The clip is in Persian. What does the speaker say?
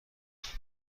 بازشه